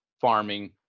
farming